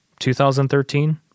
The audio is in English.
2013